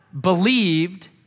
believed